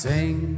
Sing